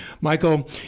Michael